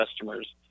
customers